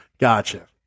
Gotcha